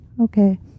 Okay